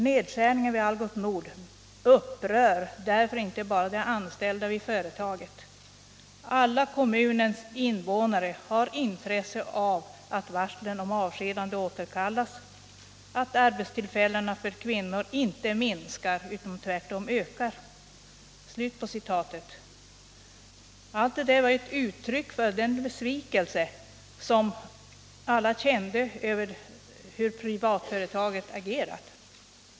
Nedskärningarna vid ALGOT NORD AB upprör därför inte bara de anställda vid företaget. Alla kommunens invånare har intresse av att varslen om avskedanden återkallas, att antalet arbetstillfällen för kvinnor inte minskar utan tvärtom ökar.” Allt detta är uttryck för den besvikelse som alla kände över det sätt på vilket privatföretaget agerat.